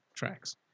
tracks